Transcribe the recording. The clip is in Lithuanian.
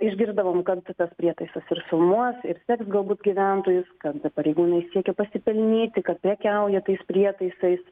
išgirsdavom kad tas prietaisas ir filmuos ir seks galbūt gyventojus kad pareigūnai siekia pasipelnyti kad prekiauja tais prietaisais